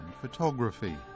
photography